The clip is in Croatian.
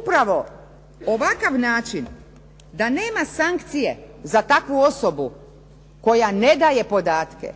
Upravo ovakav način da nema sankcije za takvu osobu koja ne daje podatke,